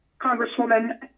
Congresswoman